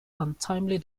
untimely